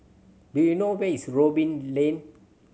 do you know where is Robin Lane